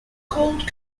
called